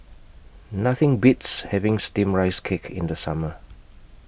Nothing Beats having Steamed Rice Cake in The Summer